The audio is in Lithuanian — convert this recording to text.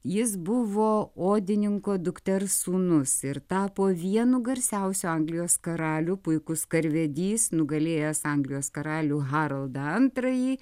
jis buvo odininko dukters sūnus ir tapo vienu garsiausių anglijos karalių puikus karvedys nugalėjęs anglijos karalių haroldą antrajį